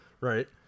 right